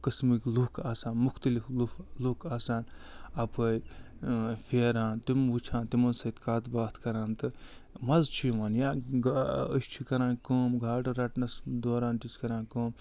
قٕسمٕکۍ لُکھ آسان مُختلِف لُکھ آسان اَپٲرۍ فیران تِم وٕچھان تِمَو سۭتۍ کَتھ باتھ کَران تہٕ مَزٕ چھُ یِوان یا أسۍ چھِ کران کٲم گاڈٕ رٹَنَس دوران تہِ چھِ کران کٲم